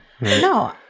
no